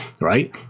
right